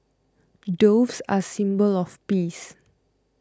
doves are a symbol of peace